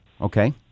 Okay